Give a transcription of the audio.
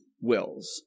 wills